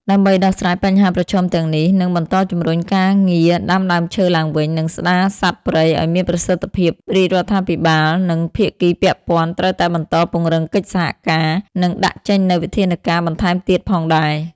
ដើម្បីដោះស្រាយបញ្ហាប្រឈមទាំងនេះ និងបន្តជំរុញការងារដាំដើមឈើឡើងវិញ និងស្ដារសត្វព្រៃឱ្យមានប្រសិទ្ធភាពរាជរដ្ឋាភិបាល និងភាគីពាក់ព័ន្ធត្រូវតែបន្តពង្រឹងកិច្ចសហការ និងដាក់ចេញនូវវិធានការបន្ថែមទៀតផងដែរ។